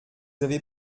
avez